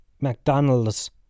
McDonald's